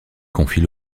confie